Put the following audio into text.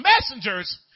messengers